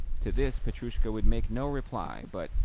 to this petrushka would make no reply, but,